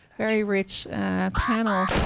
very rich panel.